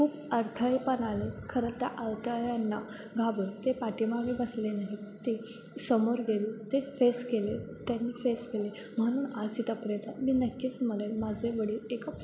खूप अडथळे पण आले खरं त्या अडथळ्यांना घाबरून ते पाठीमागे बसले नाहीत ते समोर गेले ते फेस केले त्यांनी फेस केले म्हनून आज इथपर्तयंत मी नक्कीच म्हणेन माझे वडील एक